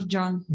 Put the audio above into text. John